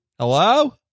Hello